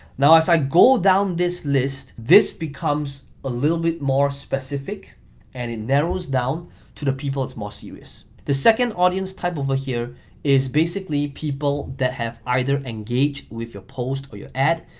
now as i go down this list, this becomes a little bit more specific and it narrows down to the people that's more serious. the second audience type over here is basically people that have either engaged with your post or your ad,